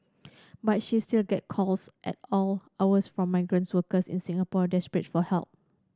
but she still gets calls at all hours from migrant workers in Singapore desperate for help